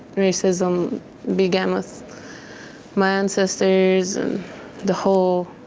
racism began with my ancestors, and the whole